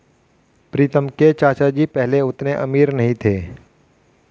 प्रीतम के चाचा जी पहले उतने अमीर नहीं थे